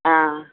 ஆ